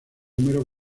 número